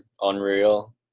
unreal